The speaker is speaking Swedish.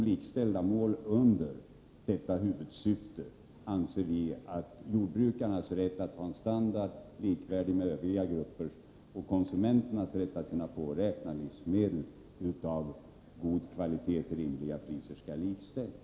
Likställda mål under detta huvudsyfte är enligt vår mening att jordbrukare skall ha en standard likvärdig med övriga gruppers och att konsumenterna skall kunna påräkna livsmedel av god kvalitet till rimliga priser.